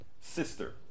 sister